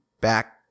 back